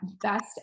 best